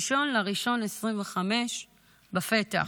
1 בינואר 2025 בפתח,